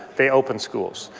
they open schools.